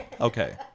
Okay